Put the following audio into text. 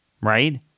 right